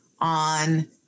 on